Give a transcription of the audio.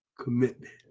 commitment